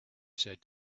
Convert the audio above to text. said